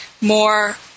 more